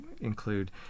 include